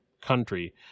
country